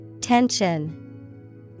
Tension